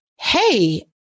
hey